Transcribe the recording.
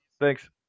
Thanks